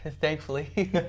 thankfully